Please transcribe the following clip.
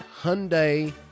Hyundai